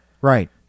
Right